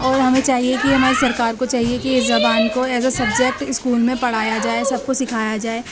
اور ہمیں چاہیے کہ ہماری سرکار کو چاہیے کہ اس زبان کو ایز آ سبجیکٹ اسکول میں پڑھایا جائے سب کو سکھایا جائے